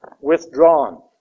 withdrawn